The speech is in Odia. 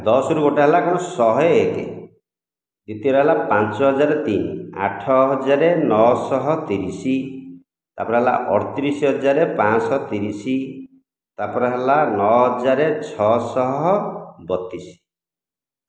ଦଶରୁ ଗୋଟିଏ ହେଲା କ'ଣ ଶହେ ଏକ ଦ୍ୱିତୀୟରେ ହେଲା ପାଞ୍ଚ ହଜାର ତିନି ଆଠ ହଜାର ନଅଶହ ତିରିଶ ତା'ପରେ ହେଲା ଅଠତିରିଶ ହଜାର ପାଞ୍ଚଶହ ତିରିଶ ତା'ପରେ ହେଲା ନଅ ହଜାର ଛଅଶହ ବତିଶ